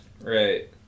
right